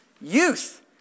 Youth